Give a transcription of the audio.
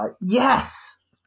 yes